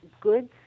good